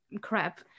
crap